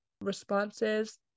responses